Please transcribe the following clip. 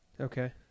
Okay